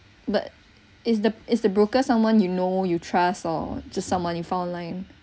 but is the is the broker someone you know you trust or just someone you found online